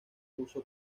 uso